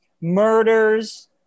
Murders